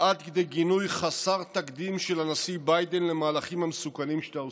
עד כדי גינוי חסר תקדים של הנשיא ביידן למהלכים המסוכנים שאתה עושה.